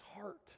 heart